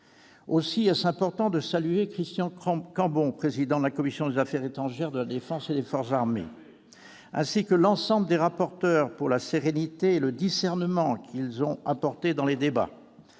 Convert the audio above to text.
Aussi est-ce important de saluer Christian Cambon, président de la commission des affaires étrangères, de la défense et des forces armées, ainsi que les rapporteurs pour avis pour la sérénité et le discernement qu'ils ont apportés dans les débats.